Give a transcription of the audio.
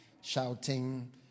shouting